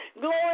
Glory